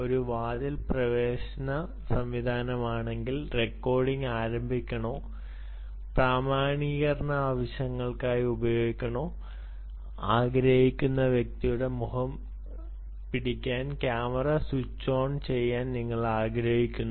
ഒരു വാതിൽ പ്രവേശന സംവിധാനമാണെങ്കിൽ റെക്കോർഡിംഗ് ആരംഭിക്കാനോ പ്രാമാണീകരണ ആവശ്യങ്ങൾക്കായി ഉപയോഗിക്കാനോ ആഗ്രഹിക്കുന്ന വ്യക്തിയുടെ മുഖം പിടിക്കാൻ ക്യാമറ സ്വിച്ച് ചെയ്യാൻ നിങ്ങൾ ആഗ്രഹിക്കുന്നു